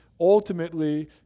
ultimately